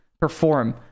perform